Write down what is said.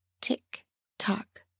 tick-tock